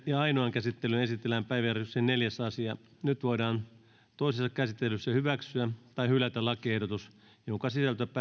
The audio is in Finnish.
ja ainoaan käsittelyyn esitellään päiväjärjestyksen neljäs asia nyt voidaan toisessa käsittelyssä hyväksyä tai hylätä lakiehdotus jonka